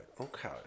Okay